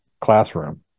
classroom